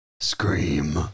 Scream